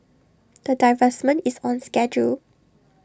the divestment is on schedule